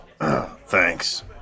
Thanks